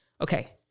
okay